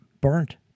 burnt